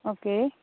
okay